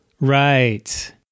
Right